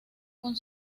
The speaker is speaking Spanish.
con